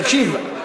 תקשיב,